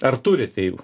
ar turite jų